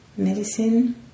medicine